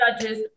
judges